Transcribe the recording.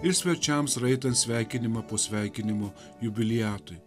ir svečiams raitant sveikinimą po sveikinimo jubiliatui